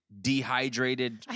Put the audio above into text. dehydrated